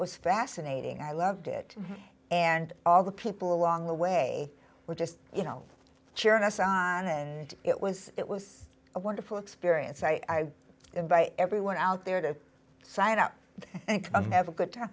was fascinating i loved it and all the people along the way were just you know cheering us on and it was it was a wonderful experience i invite everyone out there to sign up and have a good time